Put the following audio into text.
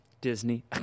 Disney